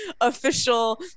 official